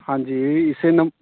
ਹਾਂਜੀ ਇਸੇ ਨੂੰ